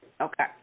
Okay